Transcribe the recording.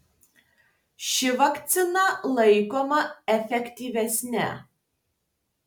ši vakcina laikoma efektyvesne